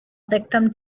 victim